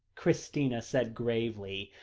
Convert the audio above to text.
christina said gravely,